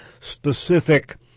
specific